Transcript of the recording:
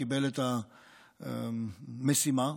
את המשימה,